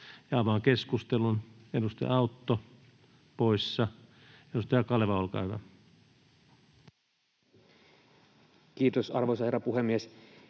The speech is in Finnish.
— Avaan keskustelun. Edustaja Autto poissa. — Edustaja Kaleva, olkaa hyvä. Kiitos, arvoisa herra puhemies!